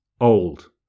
old